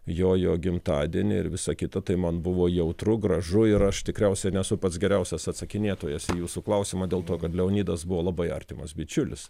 jojo gimtadienį ir visa kita tai man buvo jautru gražu ir aš tikriausia nesu pats geriausias atsakinėtojas į jūsų klausimą dėl to kad leonidas buvo labai artimas bičiulis